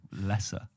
lesser